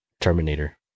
Terminator